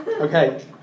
Okay